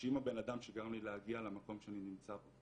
שאם הבנאדם שגרם לי להגיע למקום שאני נמצא בו